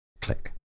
Click